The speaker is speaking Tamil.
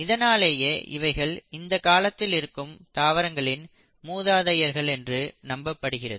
இதனாலேயே இவைகள் இந்தக் காலத்தில் இருக்கும் தாவரங்களின் மூதாதையர்கள் என்று நம்பப்படுகிறது